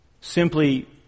simply